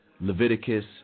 Leviticus